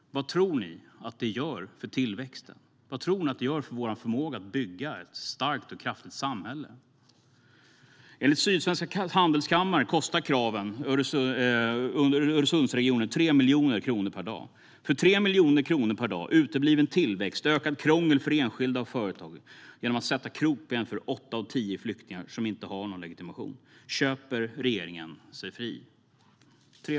Vad tror ni att det gör för tillväxten? Vad tror ni att det gör för vår förmåga att bygga ett starkt och kraftigt samhälle? Enligt Sydsvenska Industri och Handelskammaren kostar kraven Öresundsregionen 3 miljoner kronor per dag. För 3 miljoner kronor per dag och genom utebliven tillväxt, ökat krångel för enskilda och företag och genom att sätta krokben för åtta av tio flyktingar som inte har någon legitimation köper regeringen sig fri.